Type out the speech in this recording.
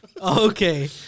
okay